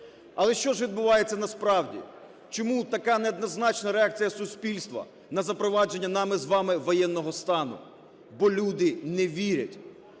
Але що ж відбувається насправді? Чому така неоднозначна реакція суспільства на запровадження нами з вами воєнного стану? Бо люди не вірять.